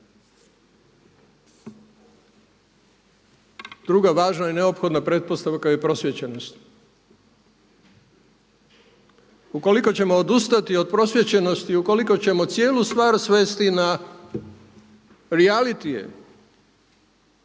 Druga važna i neophodna pretpostavka je prosvjećenost. Ukoliko ćemo odustati od prosvjećenosti, ukoliko ćemo cijelu stvar svesti na reality,